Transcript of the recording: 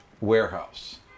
warehouse